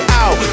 out